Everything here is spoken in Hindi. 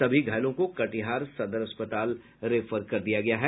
सभी घायलों को कटिहार सदर अस्पताल रेफर किया गया है